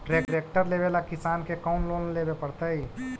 Tractor लेवेला किसान के कौन लोन लेवे पड़तई?